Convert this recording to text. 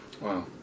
Wow